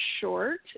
short